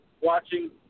watching